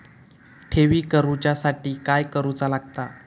ठेवी करूच्या साठी काय करूचा लागता?